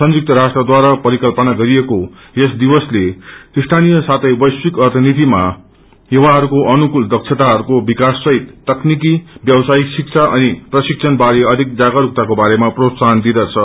संयुक्त राष्ट्रद्वारा परिकल्पना गरिएको यस दिवसले स्थ्यीय साथै वैश्विक अयनीतिमा युवाहरूको अनुकूल अक्षताहरू विकास सहित तकनीकि व्यवसायिक शिक्षा अनि प्रशिक्षण बारे अधिक जागस्कताको बारेमा प्रोत्साहन दिदँछ